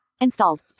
Installed